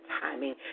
timing